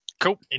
Cool